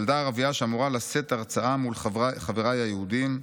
ילדה ערבייה שאמורה לשאת הרצאה מול חבריי היהודים,